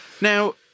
Now